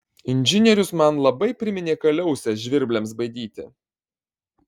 inžinierius man labai priminė kaliausę žvirbliams baidyti